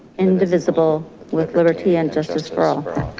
indivisible with liberty and justice for um